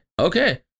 okay